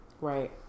Right